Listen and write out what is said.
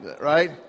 right